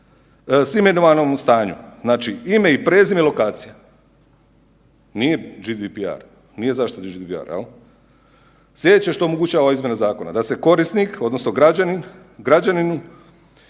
s imenovanom u stanju, znači ime i prezime i lokacija. Nije GDPR, nije zaštita GDPR-a jel. Sljedeće što omogućava izmjena zakona da se korisnik odnosno građanin